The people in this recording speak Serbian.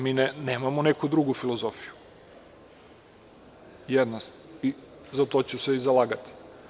Mi nemamo neku drugu filozofiju, jedna stvar i za to ću se i zalagati.